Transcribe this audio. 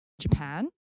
Japan